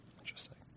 Interesting